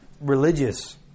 religious